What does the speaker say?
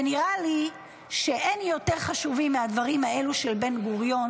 ונראה לי שאין יותר חשובים מהדברים האלו של בן-גוריון